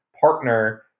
partner